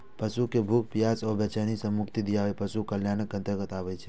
पशु कें भूख, प्यास आ बेचैनी सं मुक्ति दियाएब पशु कल्याणक अंतर्गत आबै छै